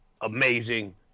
amazing